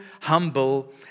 humble